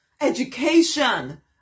education